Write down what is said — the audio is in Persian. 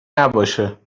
نباشه